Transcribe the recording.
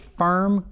firm